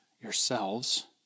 yourselves